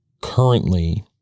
currently